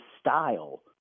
style